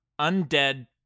undead